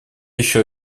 еще